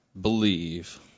believe